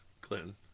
Clinton